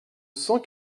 cent